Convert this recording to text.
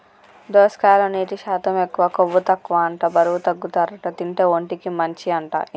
దోసకాయలో నీటి శాతం ఎక్కువ, కొవ్వు తక్కువ అంట బరువు తగ్గుతారట తింటే, ఒంటికి మంచి అంట